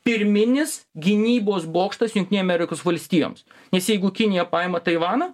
pirminis gynybos bokštas jungtinių amerikos valstijoms nes jeigu kinija paima taivaną